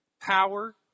power